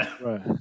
Right